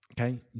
Okay